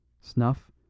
Snuff